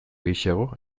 gehixeago